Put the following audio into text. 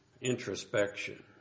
introspection